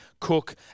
Cook